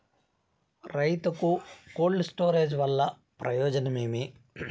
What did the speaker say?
రైతుకు cold storage వల్ల ప్రయోజనం ఏమి?